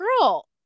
Girl